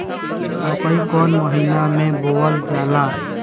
मकई कौन महीना मे बोअल जाला?